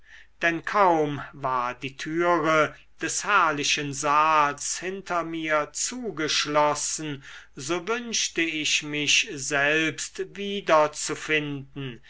denn kaum war die türe des herrlichen saals hinter mir zugeschlossen so wünschte ich mich selbst wieder zu